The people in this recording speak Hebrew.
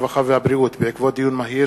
הרווחה והבריאות בעקבות דיון מהיר